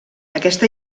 aquesta